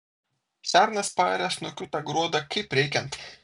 šernas paarė snukiu tą gruodą kaip reikiant